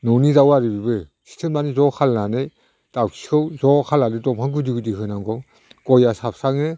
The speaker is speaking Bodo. न'नि दाउ आरो बेबो सिबथुमनानै ज' खालायनानै दाउखिखौ ज' खालायनानै दंफां गुदि गुदि होनांगौ गया साबस्राङो